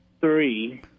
three